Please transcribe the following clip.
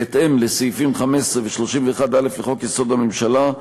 בהתאם לסעיפים 15 ו-31(א) לחוק-יסוד: הממשלה,